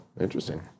interesting